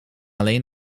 alleen